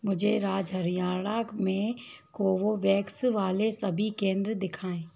मुझे राज्य हरियाणा में कोवोवैक्स वाले सभी केंद्र दिखाएँ